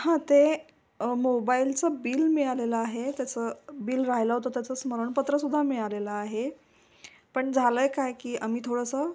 हां ते मोबाईलचं बिल मिळालेलं आहे त्याचं बिल राहिलं होतं त्याचं स्मरणपत्र सुद्धा मिळालेलं आहे पण झालं आहे काय की आम्ही थोडंसं